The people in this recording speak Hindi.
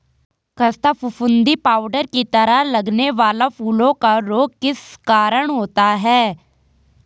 खस्ता फफूंदी पाउडर की तरह लगने वाला फूलों का रोग किस कारण होता है?